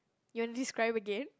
you want to describe again